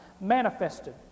manifested